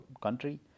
country